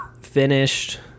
finished